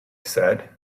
said